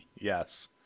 Yes